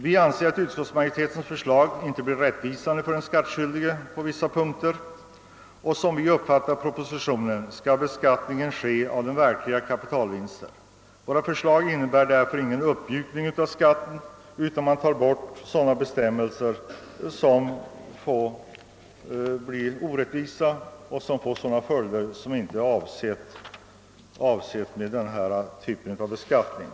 Vi anser att utskottsmajoritetens förslag inte blir rättvist för den skattskyldige på vissa punkter, och som vi uppfattar propositionen skall beskattning ske av den verkliga kapitalvinsten. Våra förslag innebär därför ingen uppmjukning av beskattningen, utan man tar endast bort sådana bestämmelser som skulle medföra orättvisor och som skulle få sådana följder som inte är avsedda med denna typ av beskattning.